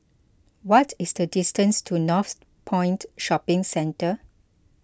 what is the distance to Northpoint Shopping Centre